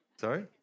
Sorry